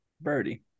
birdie